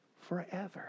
forever